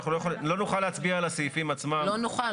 אנחנו לא נוכל להצביע על הסעיפים עצמם --- לא נוכל,